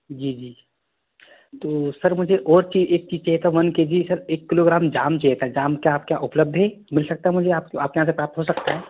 जी जी तो सर मुझे और ची एक चीज़ चाहिए था one K G sir kilogram जाम चाहिए था जाम क्या आपके यहाँ उपलब्ध है मिल सकता है मुझे आपके आपके यहाँ से प्राप्त हो सकता है